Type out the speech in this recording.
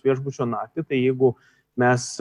viešbučio naktį tai jeigu mes